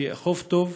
שיאכוף טוב,